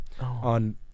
on